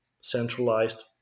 centralized